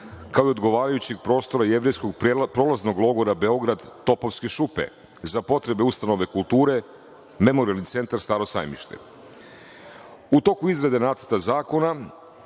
kao i odgovarajućeg prostora "Jevrejskog prolaznog logora Beograd - Topovske šupe" za potrebe ustanove kulture Memorijalni centar "Staro sajmište".U toku izrade nacrta zakona